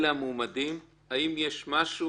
אלה המועמדים, האם יש משהו